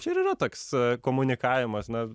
čia ir yra toks komunikavimas na